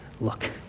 look